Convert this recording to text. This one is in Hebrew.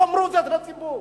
תאמרו זאת לציבור.